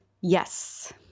Yes